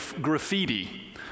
graffiti